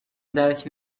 درک